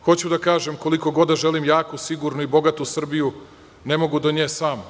Hoću da kažem, koliko god da želim jaku, sigurnu i bogatu Srbiju, ne mogu do nje sam.